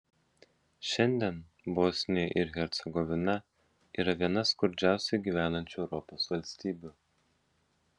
šiandien bosnija ir hercegovina yra viena skurdžiausiai gyvenančių europos valstybių